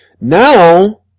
Now